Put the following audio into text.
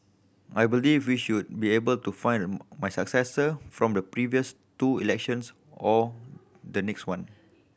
I believe we should be able to find my successor from the previous two elections or the next one